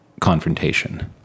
confrontation